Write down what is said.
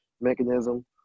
mechanism